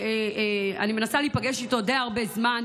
אני מנסה להיפגש איתו די הרבה זמן.